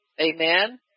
amen